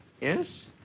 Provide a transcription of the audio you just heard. yes